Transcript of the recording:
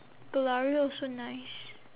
gelare also nice